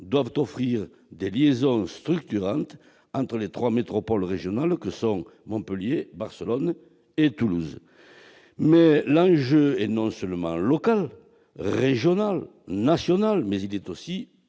doivent offrir des liaisons structurantes entre les trois métropoles régionales que sont Montpellier, Barcelone et Toulouse. L'enjeu est non seulement local, régional et national, mais aussi